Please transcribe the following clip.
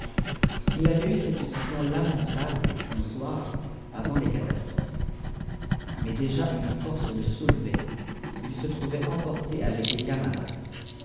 il avait eu cette vision lamentable un soir avant les catastrophes mais déjà une force le soulevait il se trouvait emporté avec les camarades